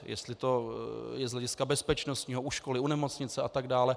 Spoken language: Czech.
Jestli to je z hlediska bezpečnostního, u školy, u nemocnice atd.